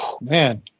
Man